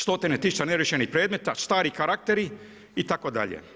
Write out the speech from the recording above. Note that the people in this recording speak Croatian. Stotine tisuća neriješenih predmeta, stari karakteri itd.